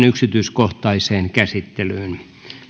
yksityiskohtaiseen käsittelyyn